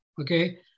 okay